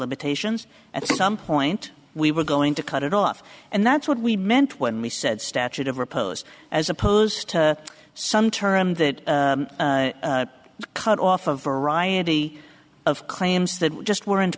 limitations at some point we were going to cut it off and that's what we meant when we said statute of repose as opposed to some term that cut off of variety of claims that just weren't